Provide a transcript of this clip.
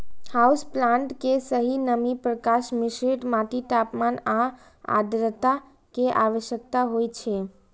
house plant कें सही नमी, प्रकाश, मिश्रित माटि, तापमान आ आद्रता के आवश्यकता होइ छै